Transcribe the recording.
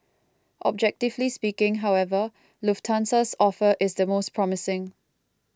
objectively speaking however Lufthansa's offer is the most promising